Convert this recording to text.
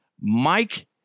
Mike